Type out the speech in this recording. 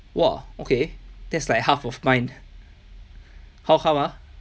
!wah! okay that's like half of mine how come ah